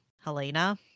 Helena